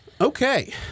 Okay